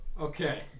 Okay